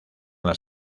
las